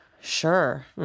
Sure